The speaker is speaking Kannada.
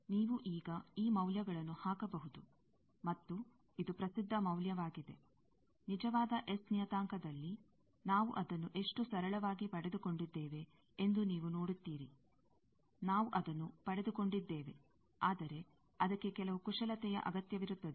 ಆದ್ದರಿಂದ ನೀವು ಈಗ ಈ ಮೌಲ್ಯಗಳನ್ನು ಹಾಕಬಹುದು ಮತ್ತು ಇದು ಪ್ರಸಿದ್ಧ ಮೌಲ್ಯವಾಗಿದೆ ನಿಜವಾದ ಎಸ್ ನಿಯತಾಂಕದಲ್ಲಿ ನಾವು ಅದನ್ನು ಎಷ್ಟು ಸರಳವಾಗಿ ಪಡೆದುಕೊಂಡಿದ್ದೇವೆ ಎಂದು ನೀವು ನೋಡುತ್ತೀರಿ ನಾವು ಅದನ್ನು ಪಡೆದುಕೊಂಡಿದ್ದೇವೆ ಆದರೆ ಅದಕ್ಕೆ ಕೆಲವು ಕುಶಲತೆಯ ಅಗತ್ಯವಿರುತ್ತದೆ